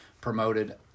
promoted